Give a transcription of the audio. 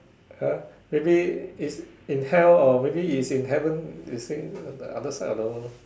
!huh! maybe is in hell or maybe is in heaven you see in the other side of the world